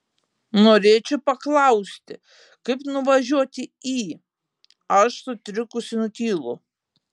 norėčiau paklausti kaip nuvažiuoti į aš sutrikusi nutylu